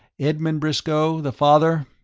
edmund briscoe the father,